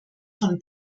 von